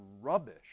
rubbish